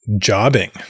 jobbing